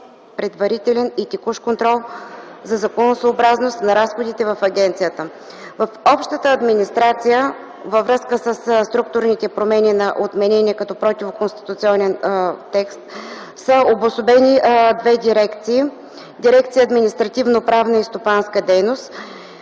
предварителен и текущ контрол за законосъобразност на разходите в агенцията. В Общата администрация във връзка със структурните промени на отменения като противоконституционен текст са обособени две дирекции – Дирекция „Административно-правна” и „Стопанска дейност”,